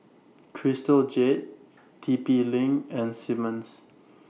Crystal Jade T P LINK and Simmons